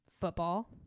football